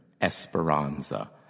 Esperanza